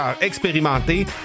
expérimenté